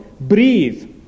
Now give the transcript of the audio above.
breathe